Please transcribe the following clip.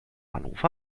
hannover